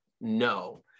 no